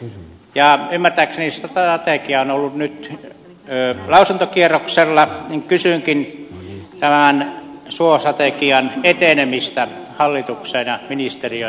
ja kun ymmärtääkseni strategia on ollut nyt lausuntokierroksella niin kysynkin minkälaisella aikataululla tämä suostrategia etenee hallitukseen ja ministeriöön